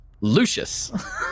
Lucius